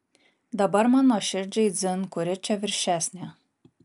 dabar man nuoširdžiai dzin kuri čia viršesnė